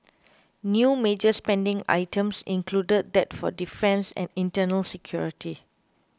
new major spending items included that for defence and internal security